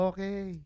Okay